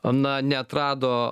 na neatrado